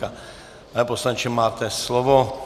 Pane poslanče, máte slovo.